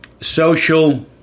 social